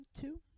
Two